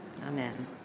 amen